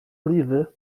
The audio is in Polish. oliwy